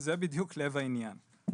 זה בדיוק לב העניין.